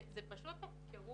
זה פשוט הפקרת